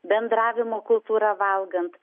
bendravimo kultūra valgant